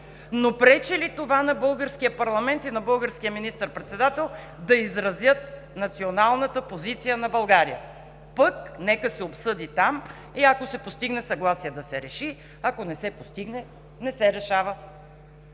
но пречи ли това на българския парламент и на българския министър-председател да изразят националната позиция на България, пък нека се обсъди там и ако се постигне съгласие – да се реши, ако не се постигне – не се решава?